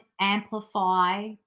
amplify